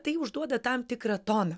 tai užduoda tam tikrą toną